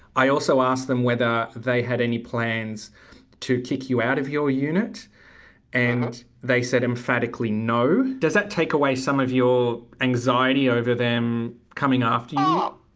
i also asked them whether they had any plans to kick you out of your unit and they said emphatically no. does that take away some of your anxiety over them coming after yeah